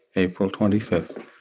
april twenty fifth.